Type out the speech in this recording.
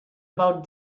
about